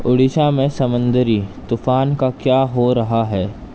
اڑیسہ میں سمندری طوفان کا کیا ہو رہا ہے